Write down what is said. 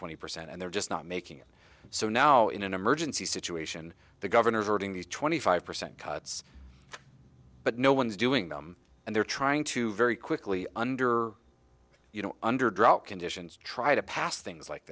twenty percent and they're just not making it so now in an emergency situation the governors are doing these twenty five percent cuts but no one's doing them and they're trying to very quickly under you know under drought conditions try to pass things like